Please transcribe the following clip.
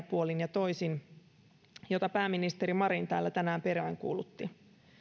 puolin ja toisin sitä yhteistyön henkeä jota pääministeri marin täällä tänään peräänkuulutti